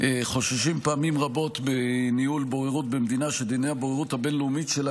חוששים פעמים רבות מניהול בוררות שדיני הבוררות הבין-לאומית שלה,